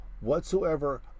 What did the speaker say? whatsoever